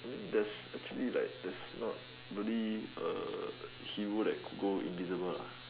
that's actually like there's not really a hero that could go invisible lah